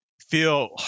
feel